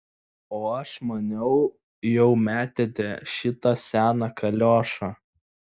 o aš maniau jau metėte šitą seną kaliošą